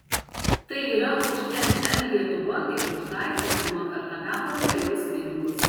tai yra už mn lietuva kaip už daiktą pirmą kartą gavo realius pinigus